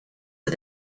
are